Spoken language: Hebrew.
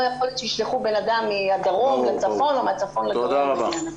לא יכול להיות שישלחו אדם מהדרום לצפון או מהצפון לדרום וכהנה.